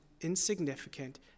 insignificant